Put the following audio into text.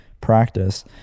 practice